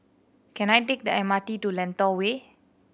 can I take the M R T to Lentor Way